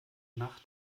nach